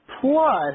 Plus